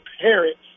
parents